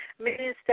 Minister